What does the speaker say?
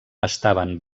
estaven